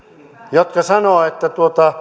jotka sanovat